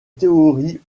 théorie